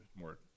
more